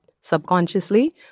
subconsciously